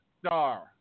star